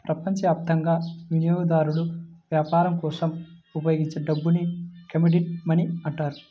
ప్రపంచవ్యాప్తంగా వినియోగదారులు వ్యాపారం కోసం ఉపయోగించే డబ్బుని కమోడిటీ మనీ అంటారు